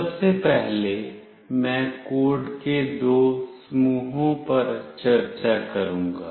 सबसे पहले मैं कोड के दो समूहों पर चर्चा करूंगा